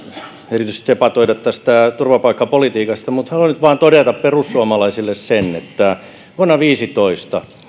erityisesti debatoida tästä turvapaikkapolitiikasta mutta haluan nyt vain todeta perussuomalaisille sen että vuonna kaksituhattaviisitoista